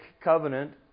covenant